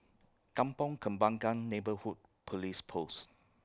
Kampong Kembangan Neighbourhood Police Post